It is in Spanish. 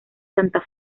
santa